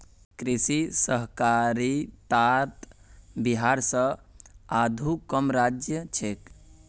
कृषि सहकारितात बिहार स आघु कम राज्य छेक